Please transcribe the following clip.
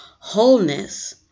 wholeness